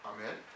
Amen